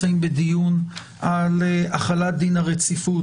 בדיון על החלת דין הרציפות,